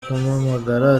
kumpamagara